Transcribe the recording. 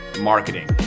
marketing